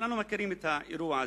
כולנו מכירים את האירוע הזה,